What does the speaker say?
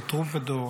על טרומפלדור,